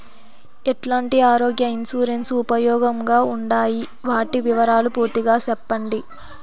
ఎట్లాంటి ఆరోగ్య ఇన్సూరెన్సు ఉపయోగం గా ఉండాయి వాటి వివరాలు పూర్తిగా సెప్పండి?